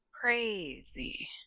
Crazy